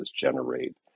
generate